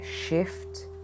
shift